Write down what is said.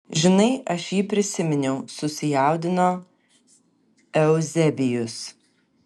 žinai aš jį prisiminiau susijaudino euzebijus